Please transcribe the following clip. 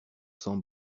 sans